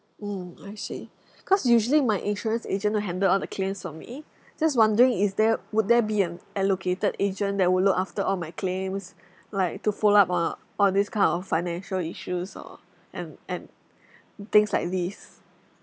mm I see cause usually my insurance agent will handle all the claims for me just wondering is there would there be um allocated agent that will look after all my claims like to follow up on all these kind of financial issues or and and things like these